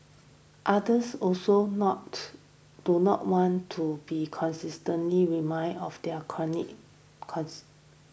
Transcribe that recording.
others also not do not want to be constantly reminded of their chronic cons